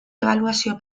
ebaluazio